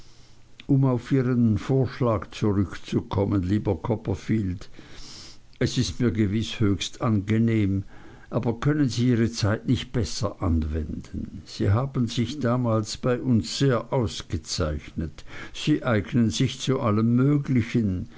um auf ihren vorschlag zurückzukommen lieber copperfield es ist mir gewiß höchst angenehm aber können sie ihre zeit nicht besser anwenden sie haben sich damals bei uns sehr ausgezeichnet sie eignen sich zu allem möglichen